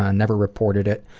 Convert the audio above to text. ah never reported it.